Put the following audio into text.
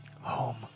Home